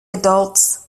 adults